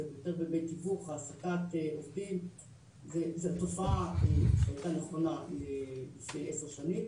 זה יותר בדמי תיווך העסקת עובדים וזו תופעה שהייתה נכונה לפני עשר שנים,